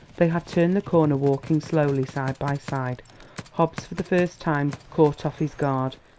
they had turned the corner, walking slowly, side by side hobbs, for the first time caught off his guard,